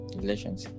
relations